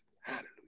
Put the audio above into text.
Hallelujah